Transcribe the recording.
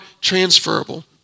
transferable